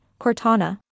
Cortana